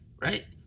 right